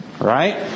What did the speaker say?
Right